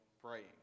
praying